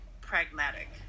pragmatic